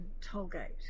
Tollgate